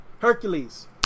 Hercules